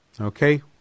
Okay